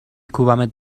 کوبمت